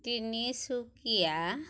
Tinsukia